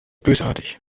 bösartig